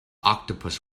octopus